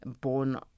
born